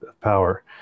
power